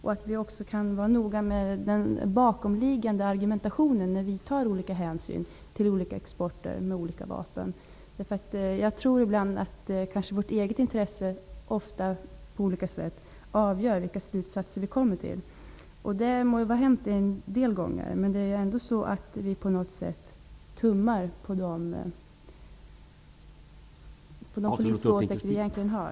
Vi måste också vara noggrannare med den bakomliggande argumentationen när vi tar hänsyn till skilda vapenexporter. Jag tror att vårt eget intresse ofta på olika sätt avgör vilka slutsatser vi kommer till. Det må vara hänt en del gånger, men vi får inte tumma på gällande regler.